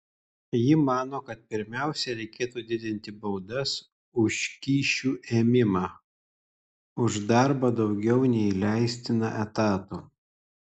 ji mano kad pirmiausia reikėtų didinti baudas už kyšių ėmimą už darbą daugiau nei leistina etatų